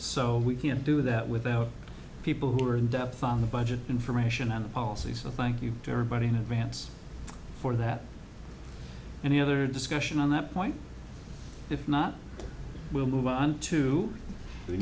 so we can't do that without people who are in depth on the budget information and policy so thank you to everybody in advance for that and the other discussion on that point if not we'll move on to